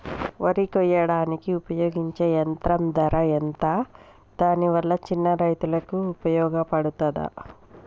వరి కొయ్యడానికి ఉపయోగించే యంత్రం ధర ఎంత దాని వల్ల చిన్న రైతులకు ఉపయోగపడుతదా?